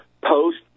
post